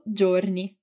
giorni